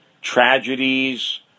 tragedies